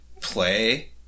Play